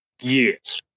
Yes